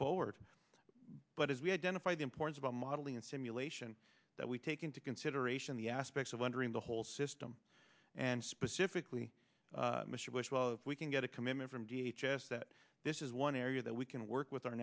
forward but as we identify the importance about modeling and simulation that we take into consideration the aspects of wondering the whole system and specifically mr bush well if we can get a commitment from v h s that this is one area that we can work with our